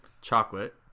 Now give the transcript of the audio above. Chocolate